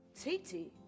Titi